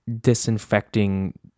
disinfecting